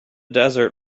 desert